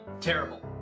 Terrible